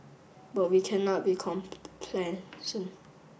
but we cannot be